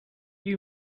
you